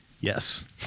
Yes